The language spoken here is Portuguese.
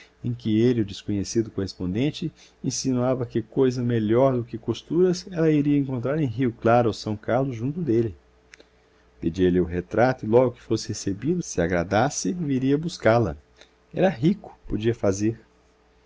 em que ele o desconhecido correspondente insinuava que coisa melhor do que costuras ela iria encontrar em rio claro ou são carlos junto dele pedia-lhe o retrato e logo que fosse recebido se agradasse viria buscála era rico podia fazer